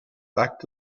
back